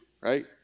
right